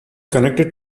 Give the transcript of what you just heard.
connected